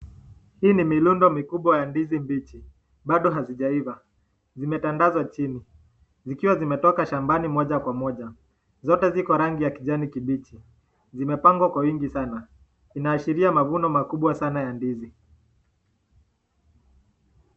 Hii ni mikubwa ya ndizi mbichi, bado hazijaiva zimetandaza chini, zikiwa zimetoka shambani moja kwa moja, zote zikorangi ya kijani kibichi zimepagwa kwa wingi sana, inaashiria mwavuno kubwa ya ndizi.